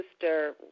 sister